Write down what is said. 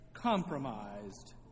compromised